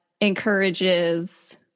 encourages